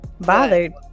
bothered